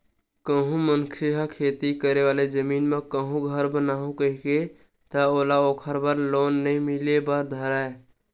कहूँ मनखे ह खेती करे वाले जमीन म कहूँ घर बनाहूँ कइही ता ओला ओखर बर लोन नइ मिले बर धरय